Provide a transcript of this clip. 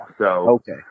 Okay